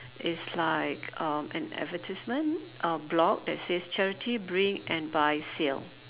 it's like um an advertisement uh block that says charity bring and buy sale